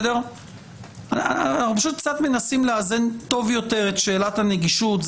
אנחנו מנסים לאזן טוב יותר את שאלת הנגישות,